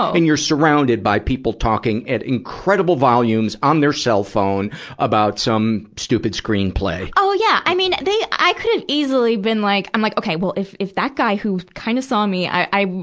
and you're surrounded by people talking at incredible volumes on their cell phone about some stupid screenplay. oh, yeah! i mean, they, i could've easily been like, i'm like, okay. well if, if that guy who kind of saw me i, i,